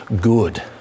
good